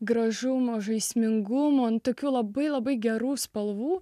gražumo žaismingumo antakių labai labai gerų spalvų